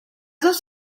dos